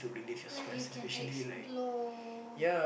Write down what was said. like you can explore